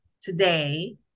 today